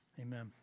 Amen